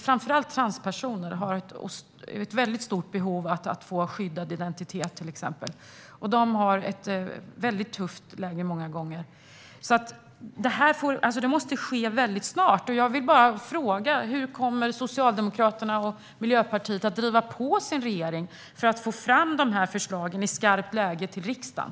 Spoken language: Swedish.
Framför allt transpersoner har ett stort behov av att få skyddad identitet och har många gånger ett väldigt tufft läge. Detta måste ske väldigt snart. Jag vill fråga: Hur kommer Socialdemokraterna och Miljöpartiet att driva på sin regering för att få fram de här förslagen i skarpt läge till riksdagen?